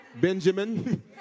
Benjamin